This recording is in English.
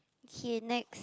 okay next